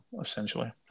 essentially